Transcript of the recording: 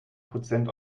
prozent